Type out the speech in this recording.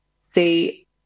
see